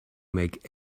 make